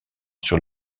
sur